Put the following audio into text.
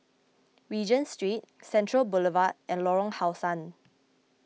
Regent Street Central Boulevard and Lorong How Sun